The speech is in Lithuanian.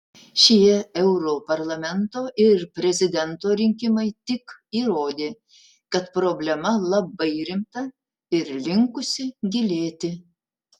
šie europarlamento ir prezidento rinkimai tik įrodė kad problema labai rimta ir linkusi gilėti